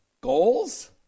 Goals